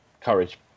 Courage